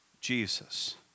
Jesus